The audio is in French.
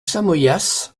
samoyas